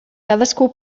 cadascú